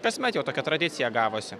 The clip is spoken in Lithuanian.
kasmet jau tokia tradicija gavosi